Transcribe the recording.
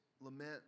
lament